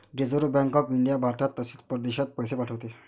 reserve bank of India भारतात तसेच परदेशात पैसे पाठवते